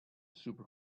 super